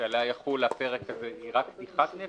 שעליה יחול הפרק הזה היא רק קדיחת נפט?